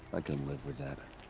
i can live with that.